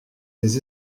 des